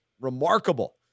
remarkable